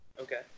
Okay